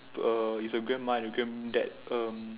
err it's a grandma and granddad um